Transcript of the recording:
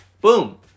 boom